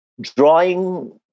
drawing